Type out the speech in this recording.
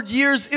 years